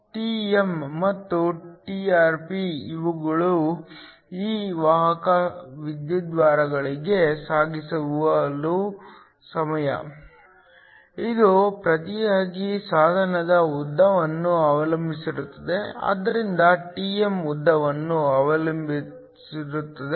Trn ಮತ್ತು Trp ಇವುಗಳು ಈ ವಾಹಕ ವಿದ್ಯುದ್ವಾರಗಳಿಗೆ ಸಾಗಿಸುವ ಸಮಯ ಇದು ಪ್ರತಿಯಾಗಿ ಸಾಧನದ ಉದ್ದವನ್ನು ಅವಲಂಬಿಸಿರುತ್ತದೆ ಆದ್ದರಿಂದ Trn ಉದ್ದವನ್ನು ಅವಲಂಬಿಸಿರುತ್ತದೆ